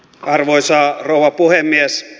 arvoisa rouva puhemies